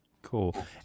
Cool